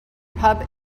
pub